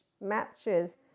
matches